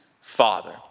father